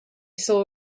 saw